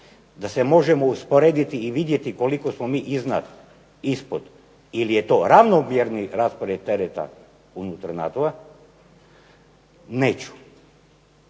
da se možemo usporediti i vidjeti koliko smo mi iznad, ispod ili je to ravnomjerni raspored tereta unutar NATO-a neću.